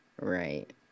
Right